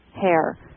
hair